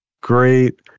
great